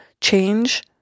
change